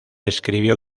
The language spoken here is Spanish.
escribió